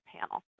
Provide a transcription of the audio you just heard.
panel